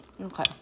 Okay